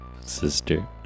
sister